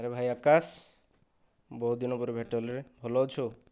ଆରେ ଭାଇ ଆକାଶ ବହୁତ ଦିନ ପରେ ଭେଟ ହେଲୁରେ ଭଲ ଅଛୁ